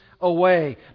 away